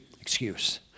excuse